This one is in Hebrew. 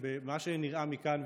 במה שנראה מכאן,